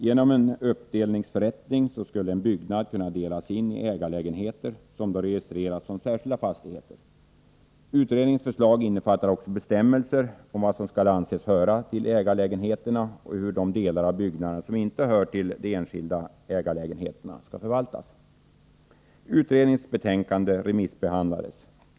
Genom en uppdelningsförrättning skulle en byggnad kunna delas in i ägarlägenheter, som då registreras som särskilda fastigheter. Utredningens förslag innefattar också bestämmelser om vad som skall anses höra till ägarlägenheterna och hur de delar av byggnaden som inte hör till de enskilda ägarlägenheterna skall förvaltas. Utredningens betänkande remissbehandlades.